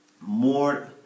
more